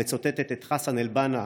המצטטת את חסן אל-בנא,